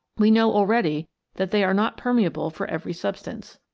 we know already that they are not permeable for every substance.